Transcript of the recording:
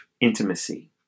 intimacy